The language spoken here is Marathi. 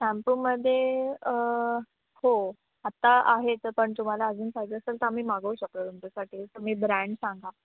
शॅम्पूमध्ये हो आत्ता आहे तर पण तुम्हाला अजून पाहिजे असेल तर आम्ही मागवू शकतो तुमच्यासाठी तुम्ही ब्रँड सांगा